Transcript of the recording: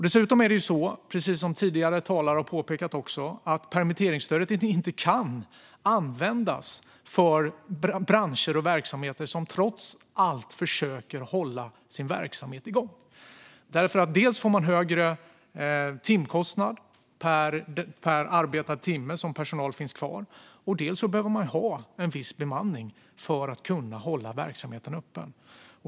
Dessutom är det så, precis som tidigare talare har påpekat, att permitteringsstödet inte kan användas för branscher och verksamheter som trots allt försöker att hålla sin verksamhet igång. Dels får man högre timkostnad per arbetad timme som personal finns kvar, dels behöver man ha en viss bemanning för att kunna hålla verksamheten öppen.